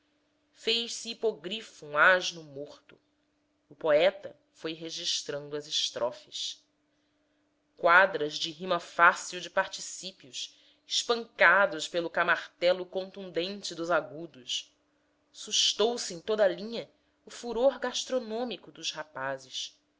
um asno morto o poeta foi registrando as estrofes quadras de rima fácil de particípios espancados pelo camartelo contundente dos agudos sustou se em toda a linha o furor gastronômico dos rapazes